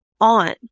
on